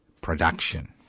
production